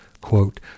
quote